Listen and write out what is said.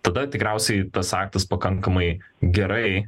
tada tikriausiai tas aktas pakankamai gerai